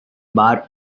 bar